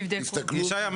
תבדקו.